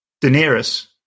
Daenerys